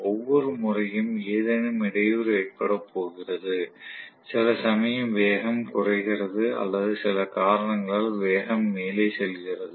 ஒவ்வொரு முறையும் ஏதேனும் இடையூறு ஏற்படப் போகிறது சில சமயம் வேகம் குறைகிறது அல்லது சில காரணங்களால் வேகம் மேலே செல்கிறது